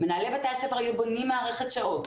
מנהלי בתי הספר היו בונים מערכת שעות